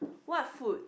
what food